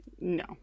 no